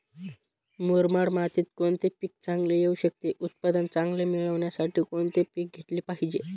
मुरमाड मातीत कोणते पीक चांगले येऊ शकते? उत्पादन चांगले मिळण्यासाठी कोणते पीक घेतले पाहिजे?